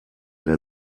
der